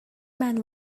man